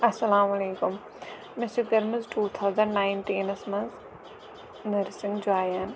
اَسَلامُ علیکُم مےٚ چھِ کٔرمٕژ ٹوٗ تھاوزَنٛڈ نایِنٹیٖنَس منٛز نٔرسِںٛگ جاین